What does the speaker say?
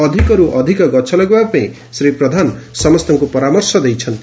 ଅଧିକରୁ ଅଧିକ ଗଛ ଲଗାଇବା ପାଇଁ ଶ୍ରୀ ପ୍ରଧାନ ସମସ୍ତଙ୍ଙୁ ପରାମର୍ଶ ଦେଇଛନ୍ତି